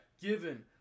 given